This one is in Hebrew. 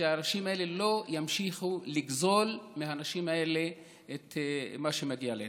שהאנשים האלה לא ימשיכו לגזול מהנשים האלה את מה שמגיע להן.